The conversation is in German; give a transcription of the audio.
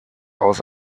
aus